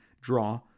draw